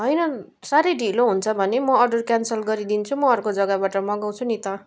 होइन साह्रै ढिलो हुन्छ भने म अर्डर क्यान्सल गरिदिन्छु म अर्को जग्गाबाट मगाउँछु नि त